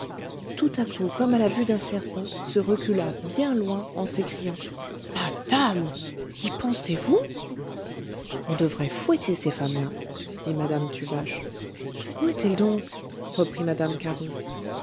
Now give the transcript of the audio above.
tout à coup comme à la vue d'un serpent se recula bien loin en s'écriant madame y pensez-vous on devrait fouetter ces femmes-là dit madame tuvache où est-elle donc reprit madame caron